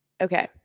Okay